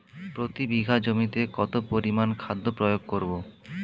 প্রতি বিঘা জমিতে কত পরিমান খাদ্য প্রয়োগ করব?